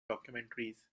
documentaries